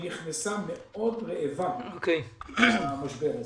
ונכנסה מאוד רעבה למשבר הזה.